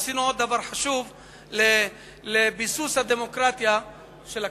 עשינו עוד דבר חשוב לביסוס הדמוקרטיה של הכנסת.